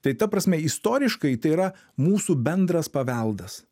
tai ta prasme istoriškai tai yra mūsų bendras paveldas